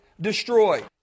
destroy